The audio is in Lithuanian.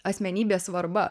asmenybės svarba